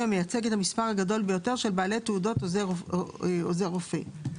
המייצג את המספר הגדול ביותר של בעלי תעודות עוזר רופא.